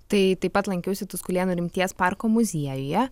tai taip pat lankiausi tuskulėnų rimties parko muziejuje